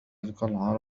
القلعة